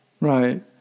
Right